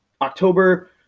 october